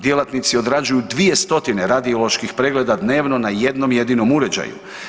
Djelatnici odrađuju 2 stotine radioloških pregleda dnevno na jednom jedinom uređaju.